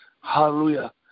Hallelujah